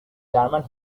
german